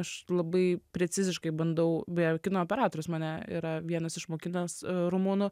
aš labai preciziškai bandau vėl kino operatorius mane yra vienas išmokinęs rumunų